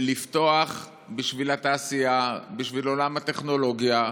לפתוח בשביל התעשייה, בשביל עולם הטכנולוגיה,